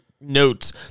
Notes